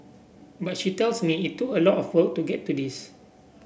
but she tells me it took a lot of work to get to this